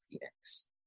Phoenix